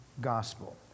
gospel